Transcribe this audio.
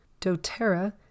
doTERRA